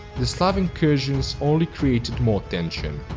the slav incursions only created more tension.